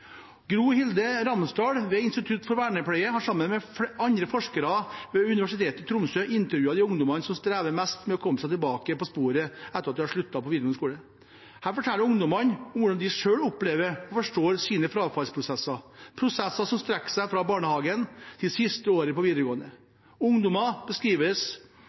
Gro Hilde Ramsdal ved Institutt for vernepleie har sammen med andre forskere ved Universitetet i Tromsø intervjuet de ungdommene som strever mest med å komme seg tilbake på sporet etter at de har sluttet på videregående skole. Her forteller ungdommene hvordan de selv opplever og forstår sine frafallsprosesser, prosesser som strekker seg fra barnehagen til siste året på videregående.